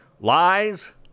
Lies